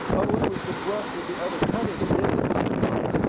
oh, it was the brush with the other cutter that did it, said bob.